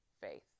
faith